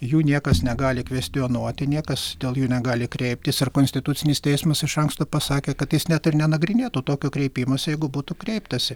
jų niekas negali kvestionuoti niekas dėl jų negali kreiptis ir konstitucinis teismas iš anksto pasakė kad jis net ir nenagrinėtų tokio kreipimosi jeigu būtų kreiptasi